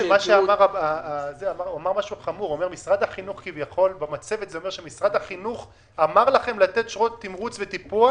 נאמר שמשרד החינוך אמר לכם לתת שעות תמרוץ וטיפוח,